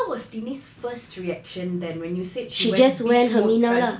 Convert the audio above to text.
so what was tini first reaction then when you said she went bitch mode